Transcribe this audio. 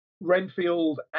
Renfield